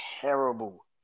terrible